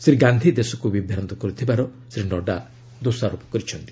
ଶ୍ରୀ ଗାନ୍ଧି ଦେଶକୁ ବିଭ୍ରାନ୍ତ କରୁଥିବାର ଶ୍ରୀ ନଡ୍ଥା ଦୋଷାରୋପ କରିଛନ୍ତି